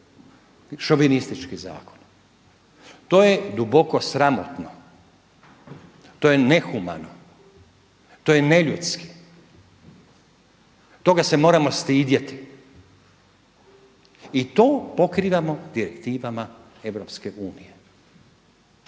šovinistički zakon. To je duboko sramotno, to je nehumano, to je neljudski. Toga se moramo stidjeti i to pokrivamo direktivama EU. Zašto je